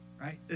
right